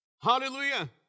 Hallelujah